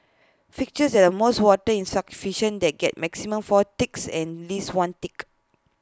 fixtures that are most water in sub the get maximum four ticks and least one tick